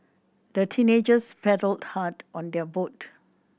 the teenagers paddled hard on their boat